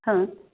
हां